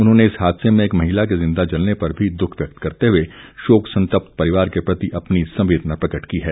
उन्होंने इस हादसे में एक महिला के जिंदा जलने पर भी दुःख व्यक्त करते हुए शोक संतप्त परिवार के प्रति अपनी सम्वेदना प्रकट की है